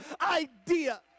idea